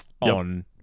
on